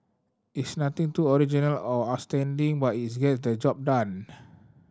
it's nothing too original or outstanding but its get the job done